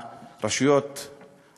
יושב-ראש ועד ראשי הרשויות הערביות,